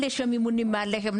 אלה שממונים עליכם,